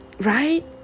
Right